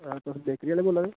तुस बेकरी आह्ले बोला दे